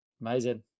Amazing